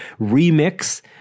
remix